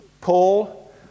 Paul